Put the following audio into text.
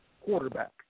quarterback